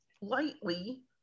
lightly